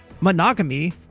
monogamy